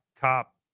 cop